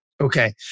Okay